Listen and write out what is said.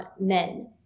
men